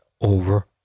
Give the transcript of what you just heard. over